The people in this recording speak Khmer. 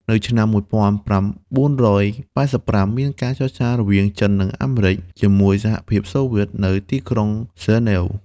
នៅឆ្នាំ១៩៨៥ មានការចរចារវាង ចិន និងអាមេរិច ជាមួយ សហភាពសូវៀត នៅទីក្រុងហ្សឺណែវ ។